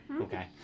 Okay